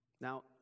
Now